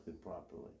properly